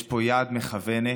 יש פה יד מכוונת